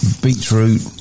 beetroot